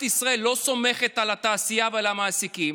ישראל לא סומכת על התעשייה ועל המעסיקים,